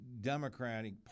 Democratic